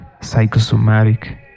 Psychosomatic